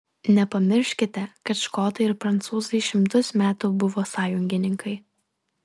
nepamirškite kad škotai ir prancūzai šimtus metų buvo sąjungininkai